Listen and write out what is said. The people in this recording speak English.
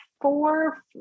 four